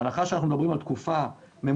בהנחה שאנחנו מדברים על תקופה ממושכת,